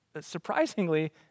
surprisingly